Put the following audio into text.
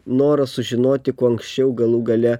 noras sužinoti kuo anksčiau galų gale